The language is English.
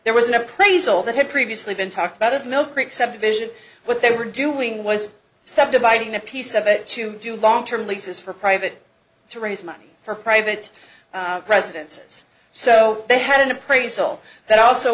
there was an appraisal that had previously been talked about at the mill creek subdivision what they were doing was septa buying a piece of it to do long term leases for private to raise money for private residences so they had an appraisal that also